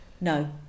No